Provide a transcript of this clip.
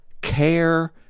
care